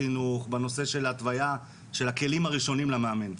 בחינוך, בהתוויית הכלים הראשונים למאמן?